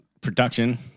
production